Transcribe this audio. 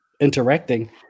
interacting